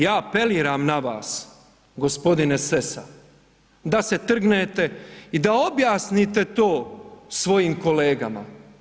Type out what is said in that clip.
Ja apeliram na vas gospodine Sesa da se trgnete i da objasnite to svojim kolegama.